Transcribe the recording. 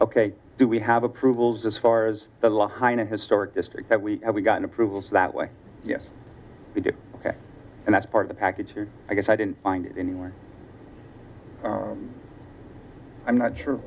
do we have approvals as far as the hine a historic district that we have we gotten approvals that way yes we do and that's part of the package i guess i didn't find it anywhere i'm not sure